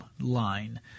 line